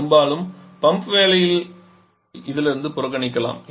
பெரும்பாலும் பம்ப் வேலையும் இதிலிருந்து புறக்கணிக்கலாம்